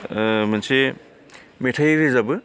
ओ मोनसे मेथाइ रोजाबो